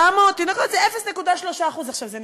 900 תינוקות זה 0.3%. עכשיו,